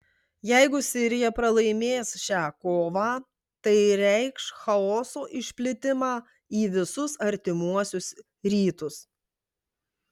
jeigu sirija pralaimės šią kovą tai reikš chaoso išplitimą į visus artimuosius rytus